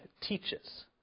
teaches